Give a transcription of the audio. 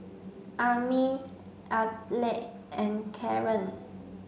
Amir Aleck and Caren